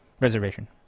reservation